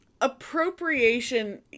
Appropriation